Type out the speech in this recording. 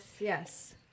yes